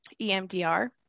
EMDR